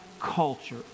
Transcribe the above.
culture